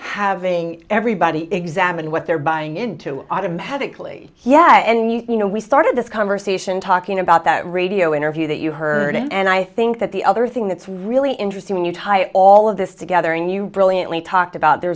having everybody examine what they're buying into automatically yeah and you know we started this conversation talking about that radio interview that you heard and i think that the other thing that's really interesting when you tie all of this together and you brilliantly talked about there